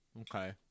Okay